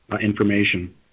information